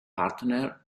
partner